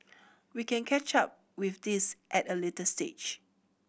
we can catch up with this at a later stage